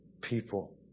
people